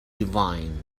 divine